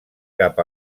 cap